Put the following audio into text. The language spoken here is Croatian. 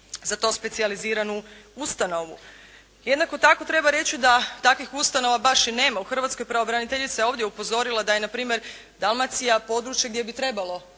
za to specijaliziranu ustanovu. Jednako tako treba reći da takvih ustanova baš i nema u Hrvatskoj. Pravobraniteljica je ovdje upozorila da je npr. Dalmacija područje gdje bi trebalo